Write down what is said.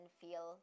feel